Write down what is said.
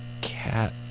cat